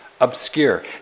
obscure